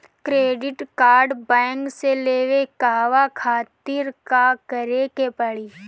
Credit card bank से लेवे कहवा खातिर का करे के पड़ी?